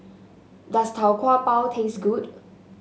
does Tau Kwa Pau taste good